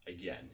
again